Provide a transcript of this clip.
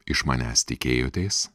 iš manęs tikėjotės